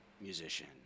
musician